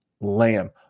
Lamb